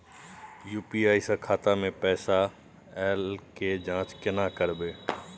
UPI स खाता मे पैसा ऐल के जाँच केने करबै?